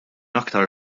aktar